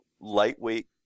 lightweight